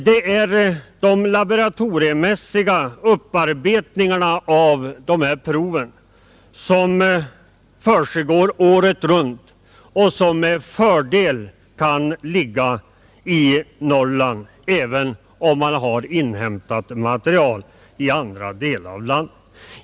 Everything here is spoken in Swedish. Det är de laboratoriemässiga upparbetningarna av proven som försiggår året runt och som med fördel kan göras i Norrland, även om man har inhämtat material i andra delar av landet.